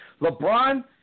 LeBron